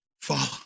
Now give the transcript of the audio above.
follow